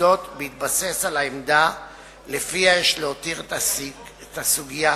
בהתבסס על העמדה כי יש להותיר את הסוגיה